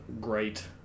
great